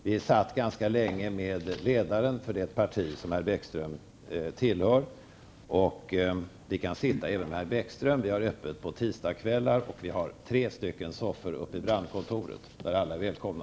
Vi satt ganska länge i samma soffa som ledaren för det parti som herr Bäckström tillhör, och vi kan även sitta i samma soffa som herr Bäckström -- vi har öppet på tisdagkvällar i våra lokaler i Brandkontoret, och vi har tre soffor. Dit är alla välkomna.